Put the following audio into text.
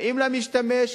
באים למשתמש,